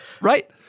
Right